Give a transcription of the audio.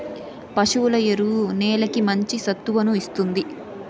పశువుల ఎరువు నేలకి మంచి సత్తువను ఇస్తుంది